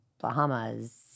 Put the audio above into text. Bahamas